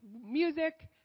music